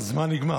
הזמן נגמר.